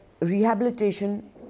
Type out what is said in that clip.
rehabilitation